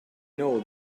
know